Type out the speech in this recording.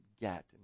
get